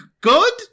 good